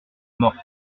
morte